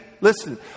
Listen